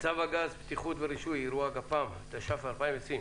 צו הגז (בטיחות ורישוי) (אירוע גפ"מ), התש"ף-2020.